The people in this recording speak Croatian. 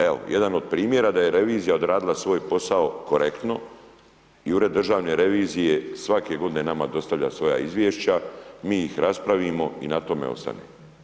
Evo, jedan od primjera da je revizija odradila svoj posao korektno i Ured državne revizije svake godine nama dostavlja svoja izvješća, mi ih raspravimo i na tome ostane.